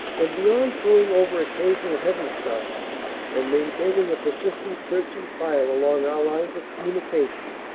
and beyond throwing over occasional heavy stuff and maintaining a per sistent searching fire along our lines of communication,